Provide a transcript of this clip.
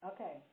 Okay